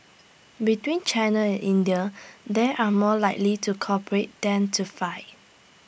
between China and India they are more likely to cooperate than to fight